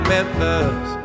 Memphis